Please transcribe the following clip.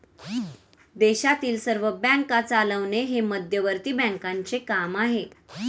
देशातील सर्व बँका चालवणे हे मध्यवर्ती बँकांचे काम आहे